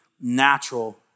natural